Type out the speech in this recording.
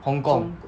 hong kong